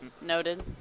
noted